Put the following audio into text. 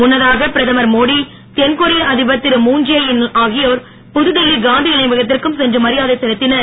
முன்னதாக பிரதமர் மோடி தென்கொரிய அதிபர் திருமூன் தே இன் ஆகியோர் புதுடில்லி காந்தி நினைவகத்திற்கும் சென்று மரியாதை செலுத்தினர்